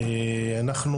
אנחנו